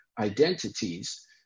identities